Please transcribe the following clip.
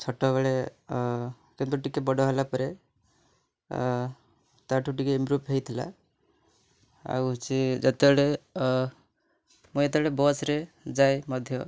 ଛୋଟବେଳେ କିନ୍ତୁ ଟିକେ ବଡ଼ ହେଲାପରେ ତାଠୁ ଟିକେ ଇମ୍ପ୍ରୁଭ୍ ହୋଇଥିଲା ଆଉ ସିଏ ଯେତେବେଳେ ମୁଁ ଯେତେବେଳେ ବସ୍ରେ ଯାଏ ମଧ୍ୟ